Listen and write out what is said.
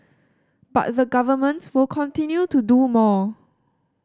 but the Government will continue to do more